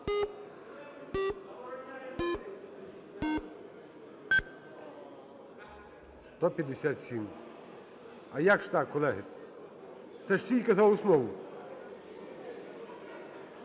157. А як же так, колеги? Це ж тільки за основу.